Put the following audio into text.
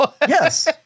Yes